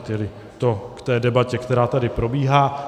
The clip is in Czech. Tedy to k té debatě, která tady probíhá.